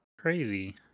Crazy